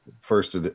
first